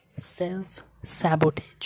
self-sabotage